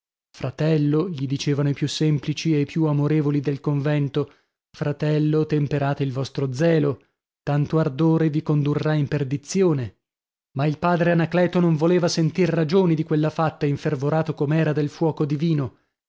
fratello gli dicevano i più semplici e i più amorevoli del convento fratello temperate il vostro zelo tanto ardore vi condurrà in perdizione ma il padre anacleto non voleva sentir ragioni di quella fatta infervorato com'era dal fuoco divino